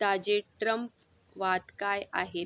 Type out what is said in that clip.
ताजे ट्रम्प वाद काय आहेत